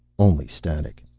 only static.